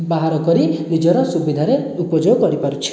ବାହାର କରି ନିଜର ସୁବିଧାରେ ଉପଯୋଗ କରିପାରୁଛେ